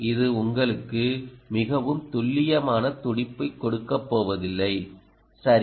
இது உங்களுக்கு மிகவும் துல்லியமான துடிப்பு கொடுக்கப்போவதில்லை சரி